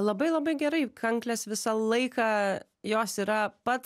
labai labai gerai kanklės visą laiką jos yra pats